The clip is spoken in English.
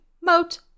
Moat